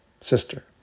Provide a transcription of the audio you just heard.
sister